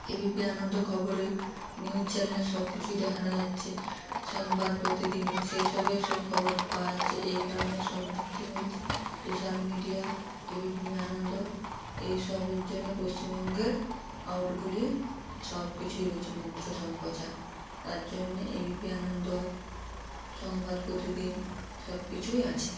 ABP Ananda খবরে news চ্যানেলে সব কিছুই দেখানো যাচ্ছে সংবাদ প্রতিদিনই সেইসবে ওসব খবর পাওয়া যাচ্ছে এই কারণে সব দিক থেকে বলছি সোশ্যাল মিডিয়া এবিপি আনন্দ এই সবের জন্য পশ্চিমবঙ্গের আউটগুলি সব কিছুই রয়েছে মুদ্রা সম্প্রচার তার জন্যে এবিপি আনন্দ সংবাদ প্রতিদিন সব কিছুই আছে